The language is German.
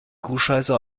kuhscheiße